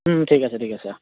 ঠিক আছে ঠিক আছে অঁ